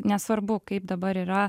nesvarbu kaip dabar yra